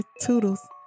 Toodles